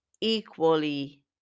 equally